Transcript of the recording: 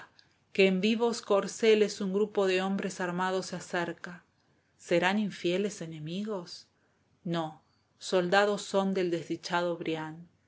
que en vivos corceles un grupo de hombres armados se acerca serán infieles enemigos no soldados son del desdichado brian